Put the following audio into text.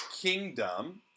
kingdom